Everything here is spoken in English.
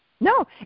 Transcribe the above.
No